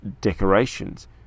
decorations